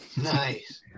nice